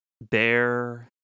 bear